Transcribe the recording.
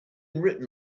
written